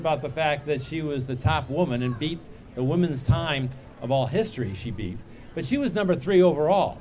about the fact that she was the top woman and beat a woman's time of all history she be but she was number three overall